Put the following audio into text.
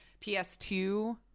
PS2